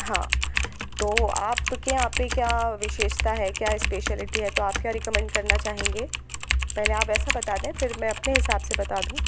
हाँ तो आप के यहाँ पे क्या विशेषता है क्या स्पेशलिटी है तो आप क्या रिकॉमेंड करना चाहेंगे पहले आप वैसा बता दें फिर मैं अपने हिसाब से बता दूँ